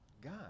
God